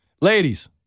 Ladies